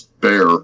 bear